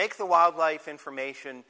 make the wildlife information